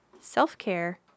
self-care